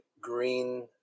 green